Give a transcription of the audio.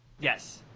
Yes